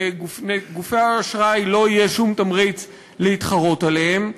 לגופי האשראי לא יהיה שום תמריץ להתחרות עליהם,